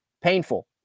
painful